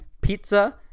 pizza